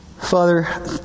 Father